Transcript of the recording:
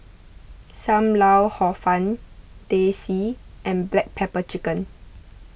Sam Lau Hor Fun Teh C and Black Pepper Chicken